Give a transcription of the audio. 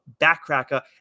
backcracker